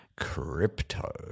crypto